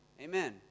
Amen